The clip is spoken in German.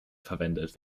verwendet